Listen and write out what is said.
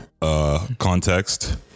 Context